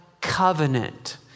covenant